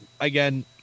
again